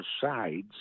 sides